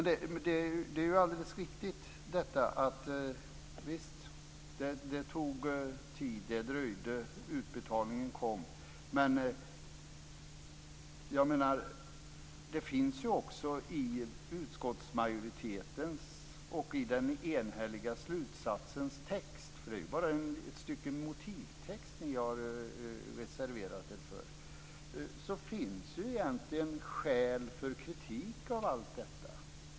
Visst, det är ju alldeles riktigt att det tog tid och dröjde innan utbetalningen kom. Men det finns ju också i utskottsmajoritetens och i den enhälliga slutsatsens text - för det är ju bara ett stycke motivtext som ni har reserverat er för - egentligen skäl för kritik av allt detta.